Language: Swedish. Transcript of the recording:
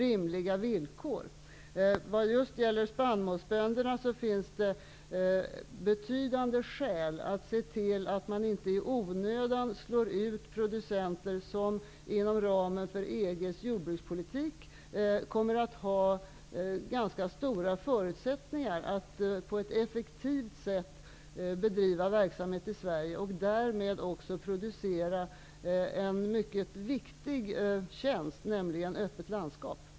Vad gäller just spannmålsbönderna finns det betydande skäl att se till att man inte i onödan slår ut producenter som inom ramen för EG:s jordbrukspolitik kommer att ha ganska stora förutsättningar att på ett effektivt sätt bedriva verksamhet i Sverige, och därmed också producera en mycket viktig tjänst, nämligen öppet landskap.